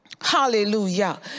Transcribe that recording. hallelujah